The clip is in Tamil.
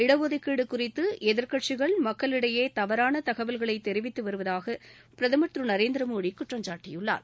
இடஒதுக்கீடு குறித்து எதிர்கட்சிகள் மக்களிடையே தவறான தகவல்களை தெரிவித்து வருவதாக பிரதமர் திரு நரேந்திர மோடி குற்றம் சாட்டியுள்ளார்